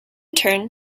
turn